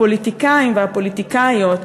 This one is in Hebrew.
הפוליטיקאים והפוליטיקאיות,